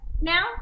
now